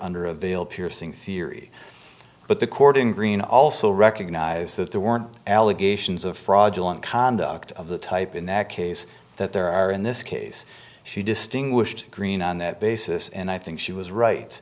theory but the court in green also recognize that there were allegations of fraud conduct of the type in that case that there are in this case she distinguished green on that basis and i think she was right